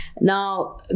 now